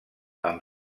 amb